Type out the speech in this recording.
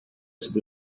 sobre